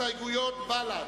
הסתייגויות בל"ד,